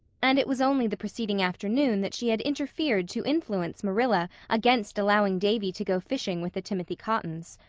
and it was only the preceding afternoon that she had interfered to influence marilla against allowing davy to go fishing with the timothy cottons.